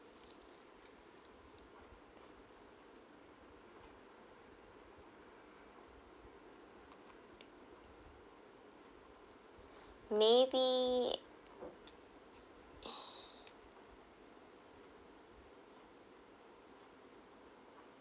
maybe